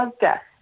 death